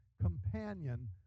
companion